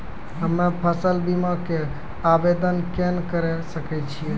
हम्मे फसल बीमा के आवदेन केना करे सकय छियै?